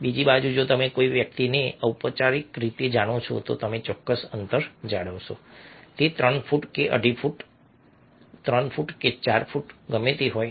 બીજી બાજુ જો તમે કોઈ વ્યક્તિને ઔપચારિક રીતે જાણો છો તો તમે ચોક્કસ અંતર જાળવશો તે ત્રણ ફૂટ કે અઢી ફૂટ 3 ફૂટ કે 4 ફૂટ ગમે તે હોય